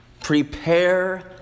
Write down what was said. prepare